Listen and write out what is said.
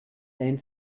ein